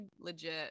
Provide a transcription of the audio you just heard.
legit